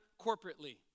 corporately